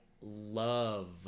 love-